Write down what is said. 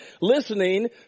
listening